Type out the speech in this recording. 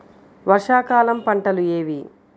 వర్షాకాలం పంటలు ఏవి?